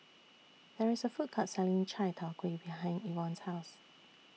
There IS A Food Court Selling Chai Tow Kway behind Evon's House